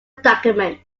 document